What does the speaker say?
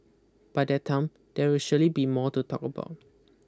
by that time there will surely be more to talk about